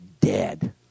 dead